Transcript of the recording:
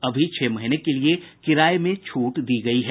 अभी छह महीने के लिए किराये में छूट दी गयी है